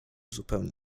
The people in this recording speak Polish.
zupełnie